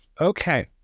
Okay